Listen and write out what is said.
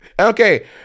okay